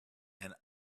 and